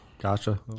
gotcha